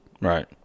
Right